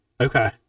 Okay